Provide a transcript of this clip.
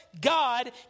God